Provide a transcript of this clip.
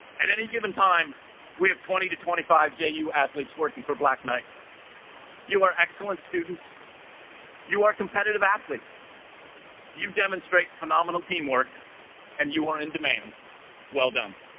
at any given time we have twenty to twenty five ju athletes working for black knight you are excellent students you are competitive athletes you demonstrate phenomenal teamwork and you are in demand well done